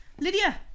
Lydia